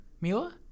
Mila